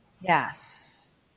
Yes